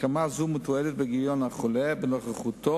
הסכמה זו מתועדת בגיליון החולה, בנוכחותו,